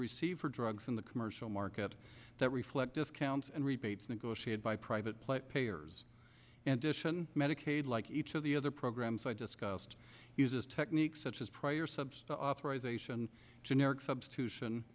receive for drugs in the commercial market that reflect discounts and rebates negotiated by private payers and titian medicaid like each of the other programs i discussed uses techniques such as prior substance authorization generic substitution